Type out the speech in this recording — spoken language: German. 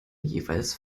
jeweils